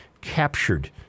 captured